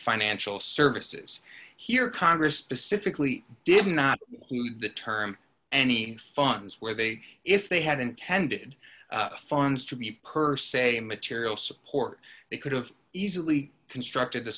financial services here congress specifically did not the term any funds where they if they had intended funds to be per se a material support they could have easily constructed the